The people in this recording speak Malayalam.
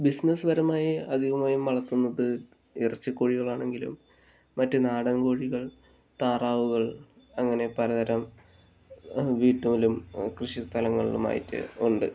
ബിസിനസ് പരമായി അധികമായും വളർത്തുന്നത് ഇറച്ചി കോഴികൾ ആണെങ്കിലും മറ്റു നാടൻ കോഴികൾ താറാവുകൾ അങ്ങനെ പല തരം വീട്ടിലും കൃഷി സ്ഥലങ്ങളിലും ആയിട്ട് ഒണ്ട്